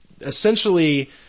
essentially